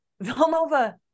Villanova